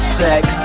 sex